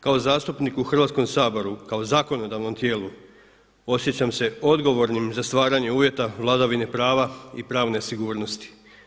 Kao zastupnik u Hrvatskom saboru, kao zakonodavnom tijelu osjećam se odgovornim za stvaranje uvjeta vladavine prava i pravne sigurnosti.